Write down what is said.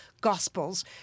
gospels